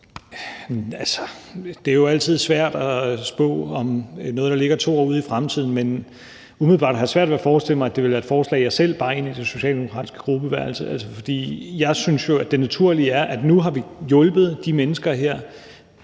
Det er jo altid svært at spå om noget, der ligger 2 år ud i fremtiden, men umiddelbart har jeg svært ved at forestille mig, at det ville være et forslag, jeg selv ville lægge frem i det socialdemokratiske gruppeværelse. Nu har vi hjulpet de mennesker til